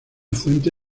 fuente